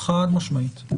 חד-משמעית.